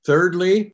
Thirdly